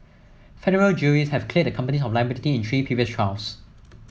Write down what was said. federal juries have cleared the companies of liability in three previous trials